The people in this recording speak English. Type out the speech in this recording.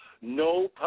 no